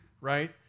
right